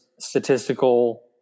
Statistical